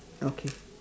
okay